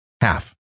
half